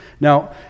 Now